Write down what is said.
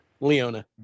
Leona